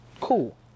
Cool